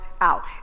out